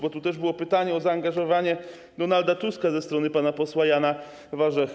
Bo było też pytanie o zaangażowanie Donalda Tuska ze strony pana posła Jana Warzechy.